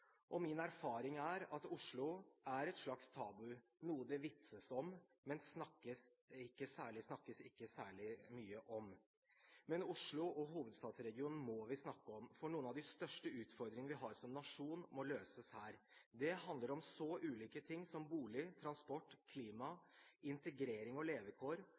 Og min erfaring er at Oslo er et slags tabu – noe det vitses om, men ikke snakkes særlig mye om. Men Oslo og hovedstadsregionen må vi snakke om, for noen av de største utfordringene vi har som nasjon, må løses her. Det handler om så ulike ting som bolig, transport, klima, integrering og levekår